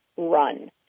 run